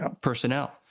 personnel